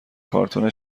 کارتن